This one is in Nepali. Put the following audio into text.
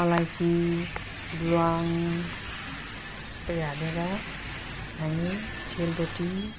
अलैँची ल्वाङ सब हालेर हामी सेलरोटी